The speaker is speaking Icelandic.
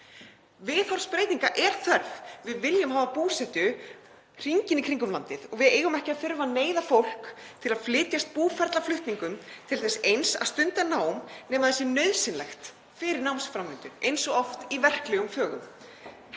Viðhorfsbreytinga er þörf. Við viljum hafa búsetu hringinn í kringum landið og við eigum ekki að þurfa að neyða fólk til að flytjast búferlaflutningum til þess eins að stunda nám nema það sé nauðsynlegt fyrir námsframvindu, eins oft í verklegum fögum.